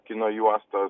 kino juostas